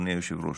אדוני היושב-ראש?